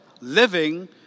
living